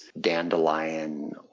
dandelion